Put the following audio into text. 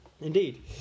indeed